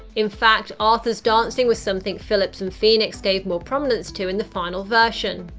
in fact, arthur's dancing was something phillips and phoenix gave more prominence to in the final version.